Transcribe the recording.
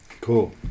Cool